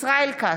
ישראל כץ,